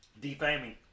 Defaming